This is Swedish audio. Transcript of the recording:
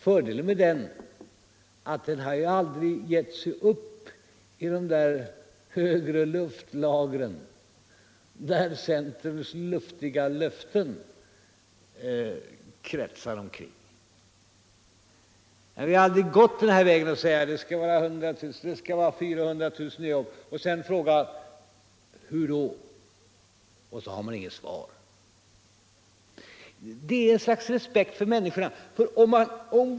Fördelen med vår sysselsättningspolitik är att den aldrig har gett sig upp i de där högre luftlagren, där centerns luftiga löften kretsar omkring. Vi har aldrig gått den där vägen och sagt att det skall vara 400 000 nya jobb och på frågan: Hur? inte ha något svar. Och det är dikterat av ett slags respekt för människorna.